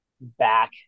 back